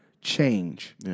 change